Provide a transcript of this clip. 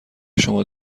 شما